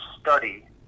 study